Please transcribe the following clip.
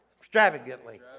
Extravagantly